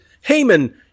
Haman